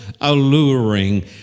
alluring